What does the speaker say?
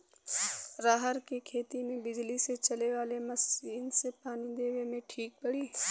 रहर के खेती मे बिजली से चले वाला मसीन से पानी देवे मे ठीक पड़ी?